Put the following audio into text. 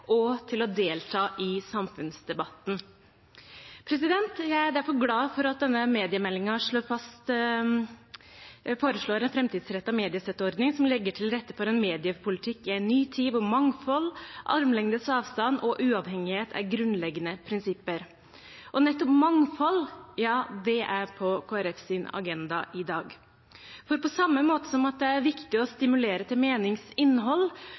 og til å delta i samfunnsdebatten. Jeg er derfor glad for at denne mediemeldingen foreslår en framtidsrettet mediestøtteordning som legger til rette for en mediepolitikk i en ny tid, der mangfold, armlengdes avstand og uavhengighet er grunnleggende prinsipper. Og nettopp mangfold er på Kristelig Folkepartis agenda i dag. For på samme måte som det er viktig å stimulere til meningsinnhold, mener vi i Kristelig Folkeparti at det også er viktig å stimulere til